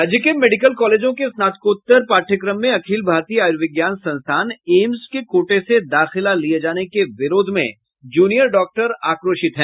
राज्य के मेडिकल कॉलेजों के स्नातकोत्तर पाठ्यक्रम में अखिल भारतीय आयूर्विज्ञान संस्थान एम्स के कोटे से दाखिला लिये जाने के विरोध में जूनियर डॉक्टर आक्रोशित हैं